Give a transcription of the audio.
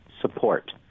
support